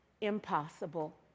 impossible